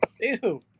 ew